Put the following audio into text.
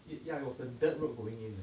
it ya it was a dead road going in